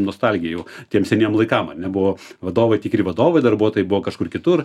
nostalgijų tiem seniem laikam ar ne buvo vadovai tikri vadovai darbuotojai buvo kažkur kitur